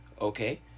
okay